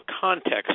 context